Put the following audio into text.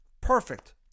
Perfect